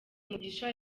mugisha